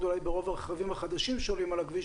אולי ברוב הרכבים החדשים שעולים על הכביש,